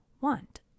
want